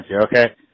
okay